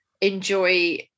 enjoy